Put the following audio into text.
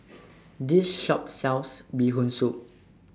This Shop sells Bee Hoon Soup